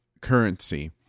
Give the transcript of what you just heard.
currency